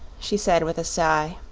she said, with a sigh,